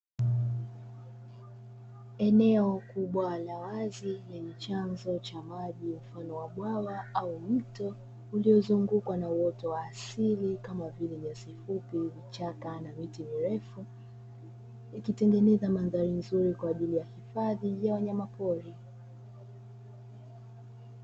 Eneo kubwa la wazi, lina chanzo cha maji mfano wa bwawa au mto, uliozungukwa na wote wa asili kama vile nyasi fupi, vichaka na miti mirefu, ikitengeneza mandhari nzuri kwa ajili ya hifadhi ya wanyamapori.